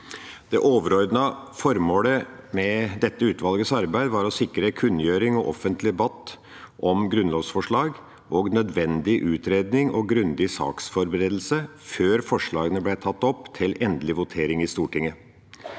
Det overordnede formålet med utvalgets arbeid var å sikre kunngjøring og offentlig debatt om grunnlovsforslag og nødvendig utredning og grundig saksforberedelse før forslagene ble tatt opp til endelig votering i Stortinget.